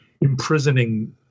imprisoning